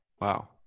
Wow